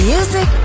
Music